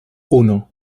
uno